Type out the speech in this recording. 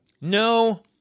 No